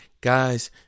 Guys